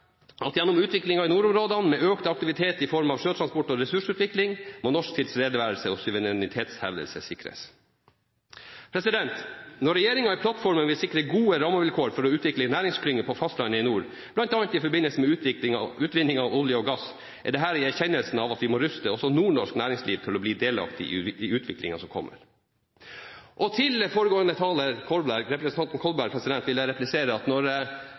at gjennom utviklingen i nordområdene med økt aktivitet i form av sjøtransport og ressursutvinning, må norsk tilstedeværelse og suverenitetshevdelse sikres. Når regjeringen i plattformen vil sikre gode rammevilkår for å utvikle næringsklynger på fastlandet i nord, bl.a. i forbindelse med utvinning av olje og gass, er dette i erkjennelsen av at vi må ruste også nordnorsk næringsliv til å bli delaktig i utviklingen som kommer. Til foregående taler, representanten Kolberg, vil jeg replisere at vi når